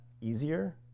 easier